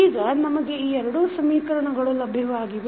ಈಗ ನಮಗೆ ಈ ಎರಡೂ ಸಮೀಕರಣಗಳು ಲಭ್ಯವಾಗಿವೆ